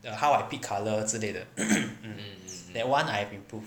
how I pick color 之类的 that one I have improved